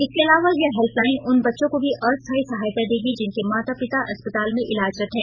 इसके अलावा यह हेल्पलाइन उन बच्चों को भी अस्थायी सहायता देगी जिनके माता पिता अस्पताल में इलाजरत हैं